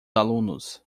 alunos